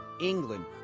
England